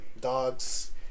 dogs